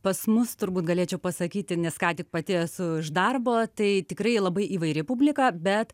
pas mus turbūt galėčiau pasakyti nes ką tik pati esu iš darbo tai tikrai labai įvairi publika bet